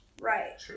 right